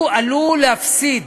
הוא עלול להפסיד,